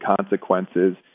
consequences